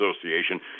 Association